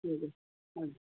हजुर हजुर